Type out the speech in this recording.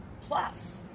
plus